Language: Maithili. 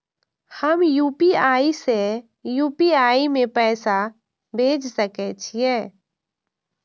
हम यू.पी.आई से यू.पी.आई में पैसा भेज सके छिये?